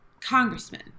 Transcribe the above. congressman